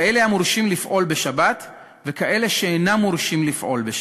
כאלה המורשים לפעול בשבת וכאלה שאינם מורשים לפעול בשבת.